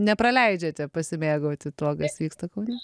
nepraleidžiate pasimėgauti tuo kas vyksta kaune